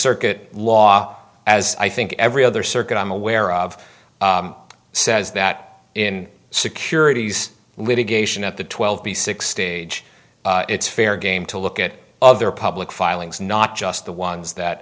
circuit law as i think every other circuit i'm aware of says that in securities litigation at the twelve the six stage it's fair game to look at other public filings not just the ones that